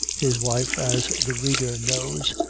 his wife, as the reader knows,